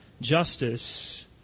justice